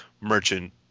merchant